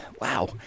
Wow